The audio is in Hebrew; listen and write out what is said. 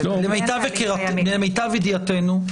למיטב ידיעתנו,